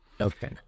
Okay